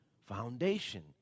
foundation